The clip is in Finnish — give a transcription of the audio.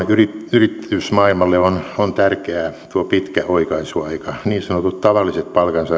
yritysmaailmalle on on tärkeää tuo pitkä oikaisuaika niin sanotut tavalliset palkansaajat ovat